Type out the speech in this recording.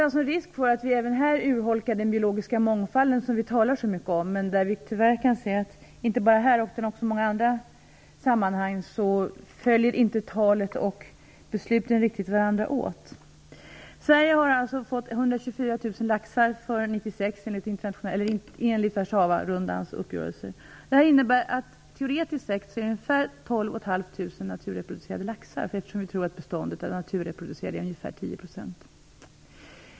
Det finns en risk för att vi även här urholkar den biologiska mångfalden, som vi talar så mycket om. Men vi kan tyvärr se inte bara här utan också i många andra sammanhang att talet och besluten inte riktigt följer varandra åt. Sverige har fått 124 000 laxar för år 1996 enligt Warszawarundans uppgörelse. Det innebär teoretiskt sett ungefär 12 500 naturreproducerande laxar, eftersom vi tror att beståndet av naturreproducerande laxar är ungefär 10 %.